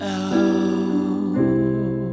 out